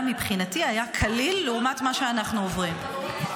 מבחינתי היה קליל לעומת מה שאנחנו עוברים.